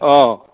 অঁ